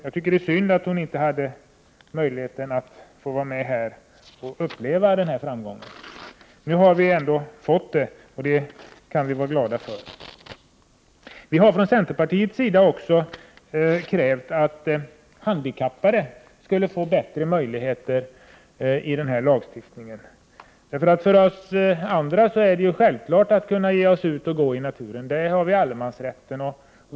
Det är synd att hon inte fick uppleva denna framgång. Men vi kan vara glada för att vi fått den. Vi har från centerns sida krävt att handikappade skall få bättre möjligheter enligt den här lagen. För oss andra är det självklart att kunna ge oss ut i naturen, där allemansrätten gäller.